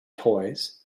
toys